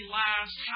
last